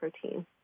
protein